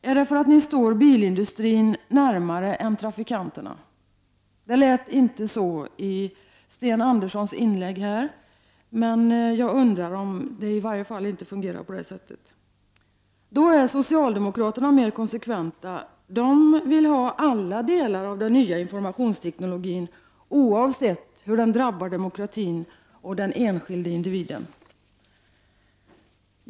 Är det för att ni står närmare bilindustrin än trafikanterna? Det lät inte så i Sten Anderssons inlägg. Men jag undrar om det ändå inte fungerar på det sättet. Socialdemokraterna är mer konsekventa — de vill ha alla delar av den nya informationsteknologin, oavsett hur den drabbar demokratin och den enskilde individen.